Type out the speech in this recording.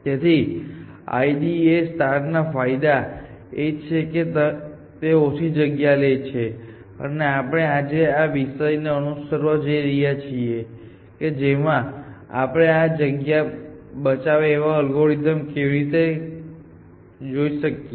તેથી IDA ના ફાયદા એ છે કે તે ઓછી જગ્યા લે છે અને આપણે આજે આ વિષય ને અનુસરવા જઈ રહ્યા છીએ કે જેમાં આપણે જગ્યા બચાવે એવા એલ્ગોરિધમ કેવી રીતે જોઈએ શકીએ